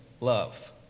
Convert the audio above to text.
love